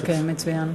אוקיי, מצוין.